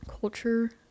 culture